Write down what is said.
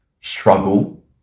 struggle